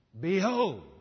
Behold